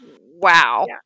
Wow